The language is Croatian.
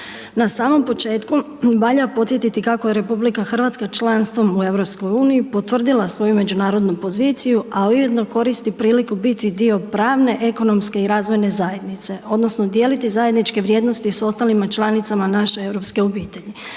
Na samom početku valja podsjetiti kako je RH članstvom u EU potvrdila svoju međunarodnu poziciju, a ujedno koristi priliku biti dio pravne, ekonomske i razvojne zajednice odnosno dijeliti zajedničke vrijednosti s ostalima članicama naše Europske obitelji.